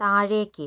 താഴേക്ക്